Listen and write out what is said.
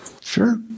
Sure